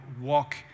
walk